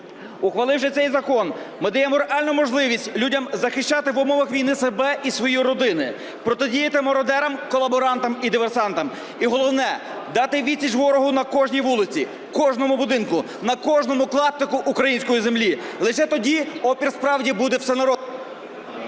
Ухваливши цей закон, ми даємо реальну можливість людям захищати в умовах війни себе і свої родини, протидіяти мародерам, колаборантам і диверсантам, і головне, дати відсіч ворогу на кожній вулиці, в кожному будинку, на кожному клаптику української землі. Лише тоді опір справді буде всенародним.